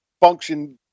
function